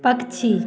पक्षी